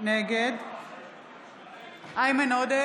נגד איימן עודה,